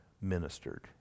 ministered